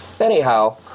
Anyhow